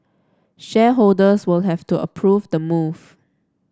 shareholders will have to approve the move